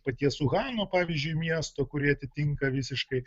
paties uhano pavyzdžiui miesto kurie atitinka visiškai